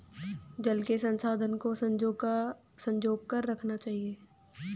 जल के संसाधन को संजो कर रखना चाहिए